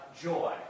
joy